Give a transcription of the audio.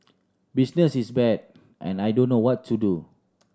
business is bad and I don't know what to do